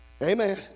Amen